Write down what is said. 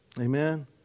Amen